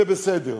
וזה בסדר.